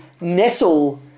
nestle